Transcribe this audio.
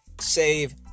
Save